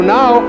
now